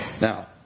Now